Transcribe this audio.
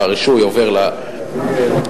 אה,